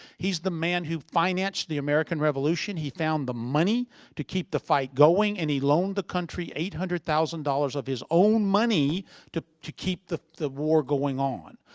he's the man who financed the american revolution. he found the money to keep the fight going and he loaned the country eight hundred thousand dollars of his own money to to keep the the war going on.